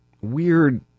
weird